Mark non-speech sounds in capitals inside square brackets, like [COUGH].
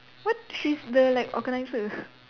what she's the like organiser [BREATH]